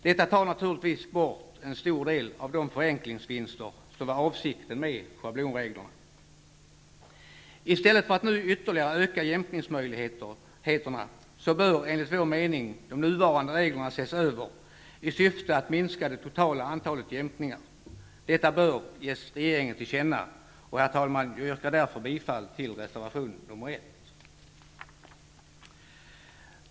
Detta tar naturligtvis bort en stor del av de förenklingsvinster som var avsikten med schablonreglerna. I stället för att nu ytterligare öka jämkningsmöjligheterna, bör enligt vår mening de nuvarande reglerna ses över i syfte att minska det totala antalet jämkningar. Detta bör ges regeringen till känna. Herr talman! Jag yrkar därför bifall till reservation 1.